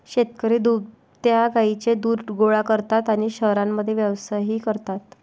शेतकरी दुभत्या गायींचे दूध गोळा करतात आणि शहरांमध्ये व्यवसायही करतात